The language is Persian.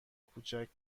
کوچک